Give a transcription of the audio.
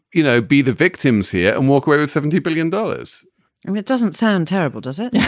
you know, be the victims here and walk away with seventy billion dollars and it doesn't sound terrible, does it?